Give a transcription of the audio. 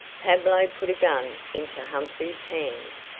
pablo put a gun into humphrey's hand,